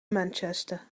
manchester